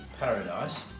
paradise